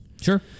Sure